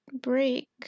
break